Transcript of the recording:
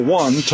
one